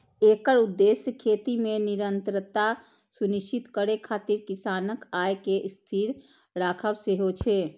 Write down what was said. एकर उद्देश्य खेती मे निरंतरता सुनिश्चित करै खातिर किसानक आय कें स्थिर राखब सेहो छै